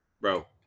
bro